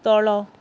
ତଳ